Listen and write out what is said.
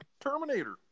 Terminator